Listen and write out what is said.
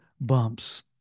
bumps